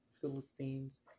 philistines